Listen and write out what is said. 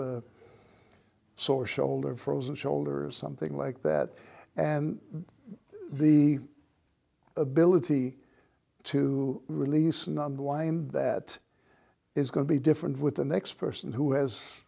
a sore shoulder frozen shoulder or something like that and the ability to release an on line that is going to be different with the next person who has